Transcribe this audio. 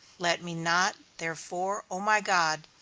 let me not therefore, o my god,